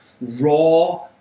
raw